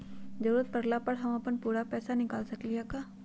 जरूरत परला पर हम अपन पूरा पैसा निकाल सकली ह का?